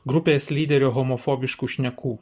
grupės lyderio homofobiškų šnekų